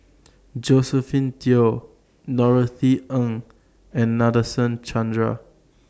Josephine Teo Norothy Ng and Nadasen Chandra